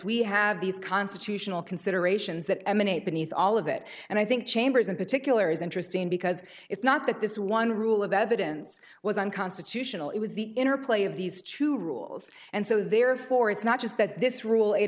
we have these constitutional considerations that emanate beneath all of it and i think chambers in particular is interesting because it's not that this one rule of evidence was unconstitutional it was the interplay of these two rules and so therefore it's not just that this rule